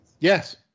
Yes